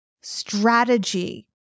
strategy